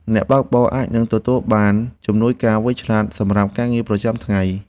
អ្នកបើកបរអាចនឹងទទួលបានជំនួយការវៃឆ្លាត សម្រាប់ការងារប្រចាំថ្ងៃ។